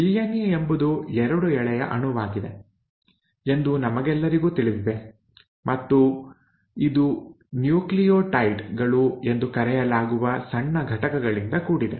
DNA ಎಂಬುದು ಎರಡು ಎಳೆಯ ಅಣುವಾಗಿದೆ ಎಂದು ನಮಗೆಲ್ಲರಿಗೂ ತಿಳಿದಿದೆ ಮತ್ತು ಇದು ನ್ಯೂಕ್ಲಿಯೋಟೈಡ್ ಗಳು ಎಂದು ಕರೆಯಲಾಗುವ ಸಣ್ಣ ಘಟಕಗಳಿಂದ ಕೂಡಿದೆ